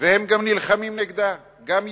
והם גם נלחמים נגדה, גם יהודים.